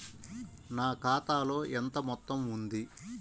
నా ఖాతాలో ఎంత మొత్తం ఉంది?